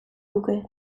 luke